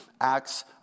acts